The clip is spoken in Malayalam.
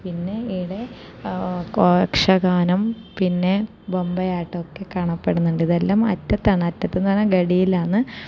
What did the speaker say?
പിന്നെ ഇവിടെ യക്ഷഗാനം പിന്നെ ബൊമ്മയാട്ടമൊക്കെ കാണപ്പെടുന്നുണ്ട് ഇതെല്ലാം അറ്റത്താണ് അറ്റത്ത് എന്ന് പറഞ്ഞാൽ ഗഡിയിലാണ്